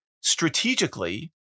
strategically